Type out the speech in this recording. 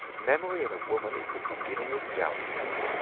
memory in a woman is the beginning of dowdiness.